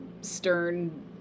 stern